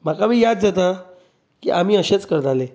म्हाका बी याद जाता की आमी अशेंच करताले